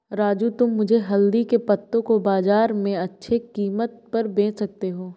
राजू तुम मुझे हल्दी के पत्तों को बाजार में अच्छे कीमत पर बेच सकते हो